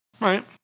Right